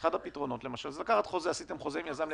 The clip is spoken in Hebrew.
הדבר הזה הולך לסייע לחלק גדול מהסטודנטים שמתקשים,